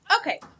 Okay